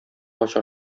ача